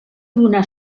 donà